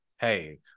hey